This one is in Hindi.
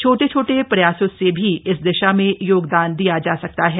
छोटे छोटे प्रयासों से भी इस दिशा में योगदान दिया जा सकता है